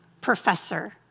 professor